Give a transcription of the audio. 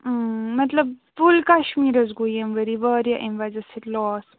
مطلب فُل کَشمیٖرَس گوٚو ییٚمہِ ؤری واریاہ اَمہِ وجہ سۭتۍ لاس